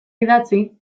idatzi